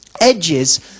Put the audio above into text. edges